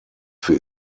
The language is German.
für